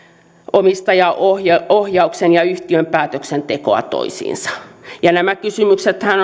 omistajaohjauksen ja yhtiön päätöksentekoa toisiinsa nämä kysymyksethän